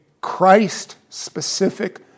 Christ-specific